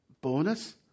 bonus